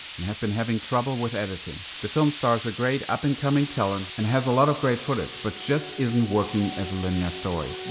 and have been having trouble with editing. the film stars a great up and coming talent, and has a lot of great footage, but just isn't working as a linear story.